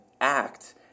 act